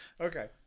okay